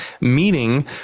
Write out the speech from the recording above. Meaning